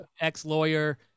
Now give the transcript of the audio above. ex-lawyer